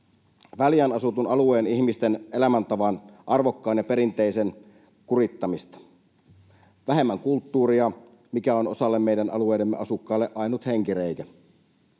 väljään asutun alueen ihmisten elämäntavan arvokkaan ja perinteisen kurittamista — vähemmän kulttuuria, joka on osalle meidän alueidemme asukkaista ainut henkireikä.